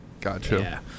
Gotcha